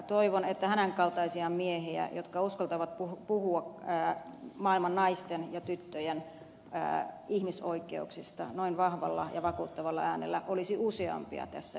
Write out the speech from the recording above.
toivon että hänen kaltaisiaan miehiä jotka uskaltavat puhua maailman naisten ja tyttöjen ihmisoikeuksista noin vahvalla ja vakuuttavalla äänellä olisi useampia tässä eduskunnassa